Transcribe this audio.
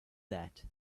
that